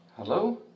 Hello